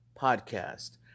podcast